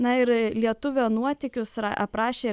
na ir lietuvio nuotykius aprašė